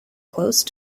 close